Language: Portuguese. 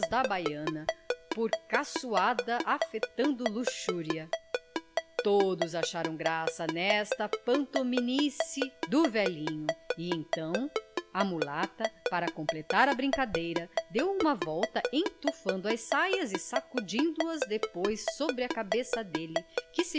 da baiana por caçoada afetando luxúria todos acharam graça nesta pantomimice do velhinho e então a mulata para completar a brincadeira deu uma volta entufando as saias e sacudiu as depois sobre a cabeça dele que